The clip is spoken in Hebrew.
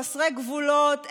חסרי גבולות,